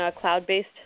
cloud-based